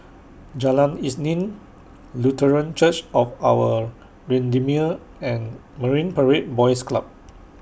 Jalan Isnin Lutheran Church of Our Redeemer and Marine Parade Boys Club